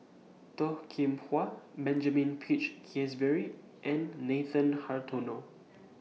Toh Kim Hwa Benjamin Peach Keasberry and Nathan Hartono